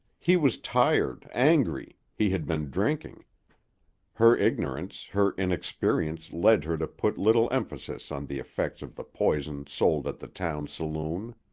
he was tired, angry, he had been drinking her ignorance, her inexperience led her to put little emphasis on the effects of the poison sold at the town saloon.